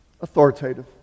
authoritative